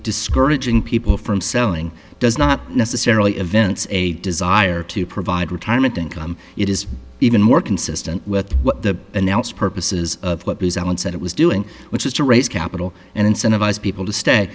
discouraging people from selling does not necessarily events a desire to provide retirement income it is even more consistent with what the announced purposes of what was alan said it was doing which is to raise capital and incentivize people to stay